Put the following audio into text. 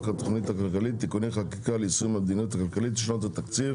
התוכנית הכלכלית (תיקוני חקיקה ליישום המדיניות הכלכלית לשנות התקציב